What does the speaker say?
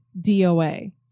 DOA